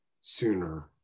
sooner